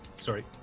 sorry,